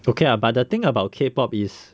okay lah but the thing about K pop is